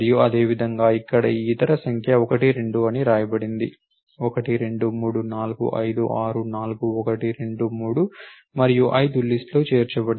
అదే విధంగా ఇక్కడ ఈ ఇతర సంఖ్య 1 2 అని వ్రాయబడింది 1 2 3 4 5 6 4 1 2 3 మరియు 5 లిస్ట్ లో చేర్చబడింది